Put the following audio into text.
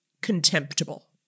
contemptible